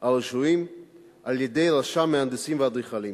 הרשויים על-ידי רשם המהנדסים והאדריכלים.